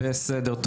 בסדר.